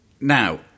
Now